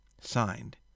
Signed